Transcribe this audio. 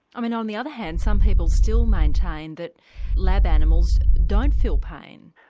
i mean on the other hand some people still maintain that lab animals don't feel pain.